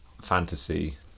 fantasy